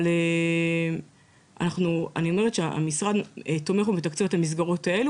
אבל אני אומרת שהמשרד תומך ומתקצב את המסגרות האלו